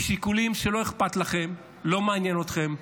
משיקולים שלא אכפת לכם, לא מעניין אתכם.